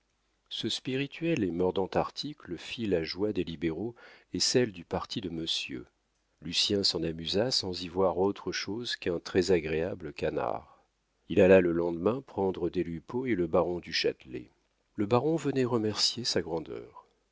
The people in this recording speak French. ce spirituel et mordant article fit la joie des libéraux et celle du parti de monsieur lucien s'en amusa sans y voir autre chose qu'un très-agréable canard il alla le lendemain prendre des lupeaulx et le baron du châtelet le baron venait remercier sa grandeur